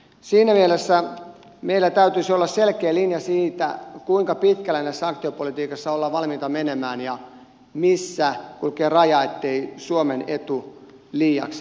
siinä mielessä meillä täytyisi olla selkeä linja siitä kuinka pitkälle tässä sanktiopolitiikassa ollaan valmiita menemään ja missä kulkee raja ettei suomen etu liiaksi vaarannu